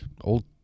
old